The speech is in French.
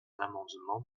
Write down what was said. l’amendement